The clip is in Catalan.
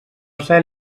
cel